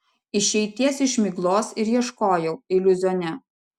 išeities iš miglos ir ieškojau iliuzione